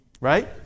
Right